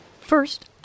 First